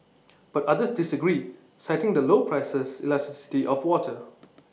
but others disagree citing the low price elasticity of water